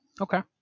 Okay